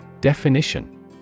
Definition